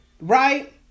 Right